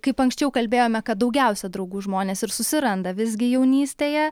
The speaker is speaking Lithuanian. kaip anksčiau kalbėjome kad daugiausia draugų žmonės ir susiranda visgi jaunystėje